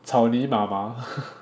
草泥妈妈